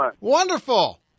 Wonderful